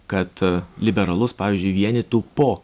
kad liberalus pavyzdžiui vienytų po